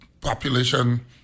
population